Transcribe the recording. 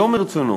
שלא מרצונו,